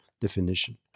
definition